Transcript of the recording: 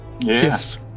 Yes